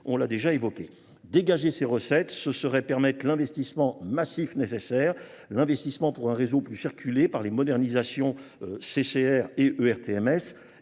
on l'a déjà évoqué. Dégager ces recettes, ce serait permettre l'investissement massif nécessaire, l'investissement pour un réseau plus circulé par les modernisations CCR et ERTMS,